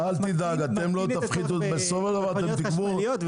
היא שהמס מפחית את הצורך במכוניות חשמליות,